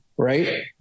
Right